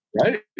Right